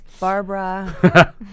Barbara